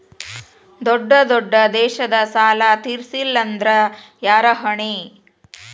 ದೊಡ್ಡ ದೊಡ್ಡ ದೇಶದ ಸಾಲಾ ತೇರಸ್ಲಿಲ್ಲಾಂದ್ರ ಯಾರ ಹೊಣಿ?